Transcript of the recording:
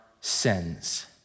sins